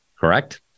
correct